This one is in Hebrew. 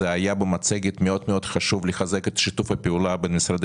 במצגת היה מאוד חשוב לחזק את שיתוף הפעולה עם משרדי